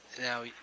now